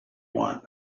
want